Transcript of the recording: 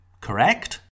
correct